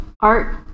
Art